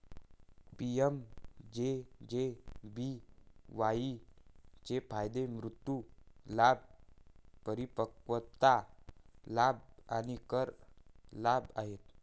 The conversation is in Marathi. पी.एम.जे.जे.बी.वाई चे फायदे मृत्यू लाभ, परिपक्वता लाभ आणि कर लाभ आहेत